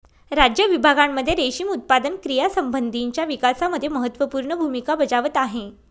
राज्य विभागांमध्ये रेशीम उत्पादन क्रियांसंबंधीच्या विकासामध्ये महत्त्वपूर्ण भूमिका बजावत आहे